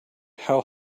how